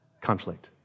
Conflict